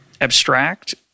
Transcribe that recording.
abstract